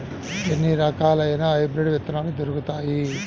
ఎన్ని రకాలయిన హైబ్రిడ్ విత్తనాలు దొరుకుతాయి?